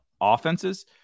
offenses